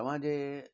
तव्हां जे